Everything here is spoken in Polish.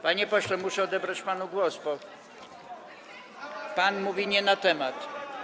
Panie pośle, muszę odebrać panu głos, bo pan mówi nie na temat.